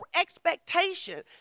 expectation